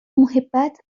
محبت